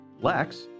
Lex